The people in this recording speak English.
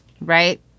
right